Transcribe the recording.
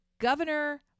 Governor